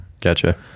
gotcha